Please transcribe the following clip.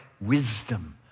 wisdom